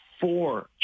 four